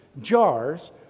jars